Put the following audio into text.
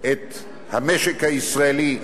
את המשק הישראלי,